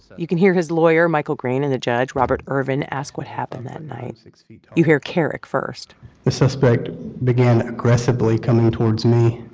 you can hear his lawyer, michael greene, and the judge, robert ervin, ask what happened that night. like so you hear kerrick first the suspect began aggressively coming towards me